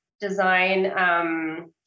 design